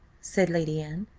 said lady anne.